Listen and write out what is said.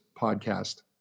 podcast